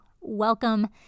Welcome